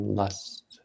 lust